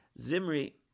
Zimri